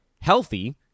healthy